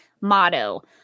motto